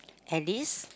at least